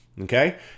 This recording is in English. Okay